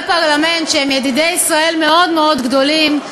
פרלמנט שהם ידידי ישראל מאוד מאוד גדולים,